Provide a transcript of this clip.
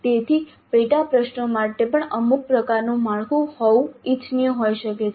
તેથી પેટા પ્રશ્નો માટે પણ અમુક પ્રકારનું માળખું હોવું ઇચ્છનીય હોઈ શકે છે